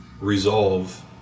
resolve